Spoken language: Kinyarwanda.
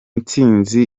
ntsinzi